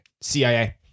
CIA